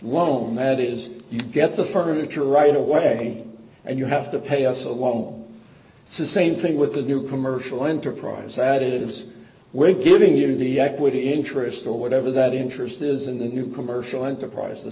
loan that is you get the furniture right away and you have to pay us along the same thing with the new commercial enterprise sad it is we're giving you the equity interest or whatever that interest is in the new commercial enterprise the